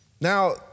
Now